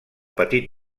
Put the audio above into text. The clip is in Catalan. petit